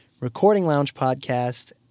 Recordingloungepodcast